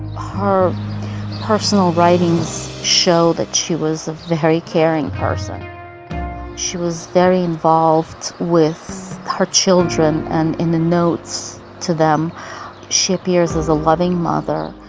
her personal writings show that she was a very caring person she was very involved with her children and in the notes to them she appears as a loving mother.